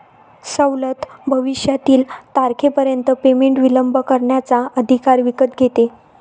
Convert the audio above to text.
सवलत भविष्यातील तारखेपर्यंत पेमेंट विलंब करण्याचा अधिकार विकत घेते